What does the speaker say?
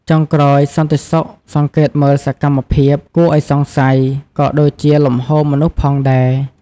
ចុងក្រោយ សន្តិសុខសង្កេតមើលសកម្មភាពគួរឱ្យសង្ស័យ ក៏ដូចជាលំហូរមនុស្សផងដែរ។